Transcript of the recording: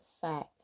fact